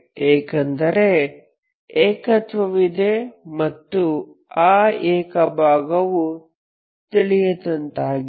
ಏಕೆಂದರೆ ಏಕತ್ವವಿದೆ ಮತ್ತು ಆ ಏಕ ಭಾಗವು ತಿಳಿಯದಂತಾಗಿದೆ